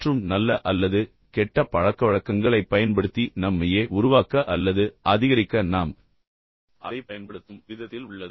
மற்றும் நல்ல அல்லது கெட்ட பழக்கவழக்கங்களைப் பயன்படுத்தி நம்மையே உருவாக்க அல்லது அதிகரிக்க நாம் அதைப் பயன்படுத்தும் விதத்தில் உள்ளது